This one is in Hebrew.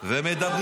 השר ----- ומדברים